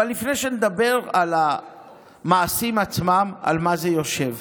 אבל לפני שנדבר על המעשים עצמם, על מה זה יושב?